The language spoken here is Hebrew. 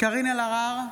קארין אלהרר,